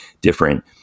different